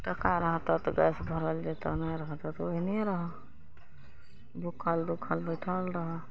टका रहतऽ तऽ गैस भरल जेतऽ नहि रहतऽ तऽ ओहिने रहऽ भुखल दुखल बैठल रहऽ